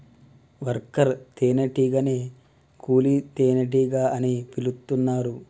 worker తేనే టీగనే కూలీ తేనెటీగ అని పిలుతున్నరు